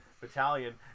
battalion